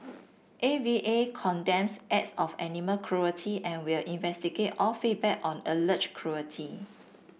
A V A condemns acts of animal cruelty and will investigate all feedback on alleged cruelty